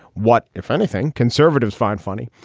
what, if anything, conservatives find funny.